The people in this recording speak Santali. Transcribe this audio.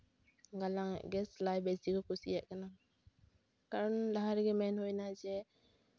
ᱜᱟᱞᱟᱝᱼᱟᱜ ᱜᱮ ᱥᱤᱞᱟᱭ ᱵᱮᱥᱤ ᱠᱚ ᱠᱩᱥᱤᱭᱟᱜ ᱠᱟᱱᱟ ᱠᱟᱨᱚᱱ ᱞᱟᱦᱟ ᱨᱮᱜᱮ ᱢᱮᱱ ᱦᱩᱭᱱᱟ ᱡᱮ